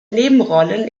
nebenrollen